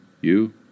you